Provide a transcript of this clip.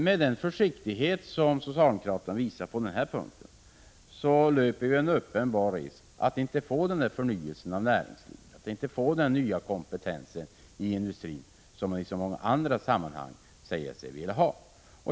Med den försiktighet som socialdemokraterna visar på den här punkten löper vi en uppenbar risk att inte få denna förnyelse av näringslivet och att inte få den nya kompetens i industrin som man i så många andra sammanhang säger sig vilja ha.